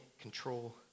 control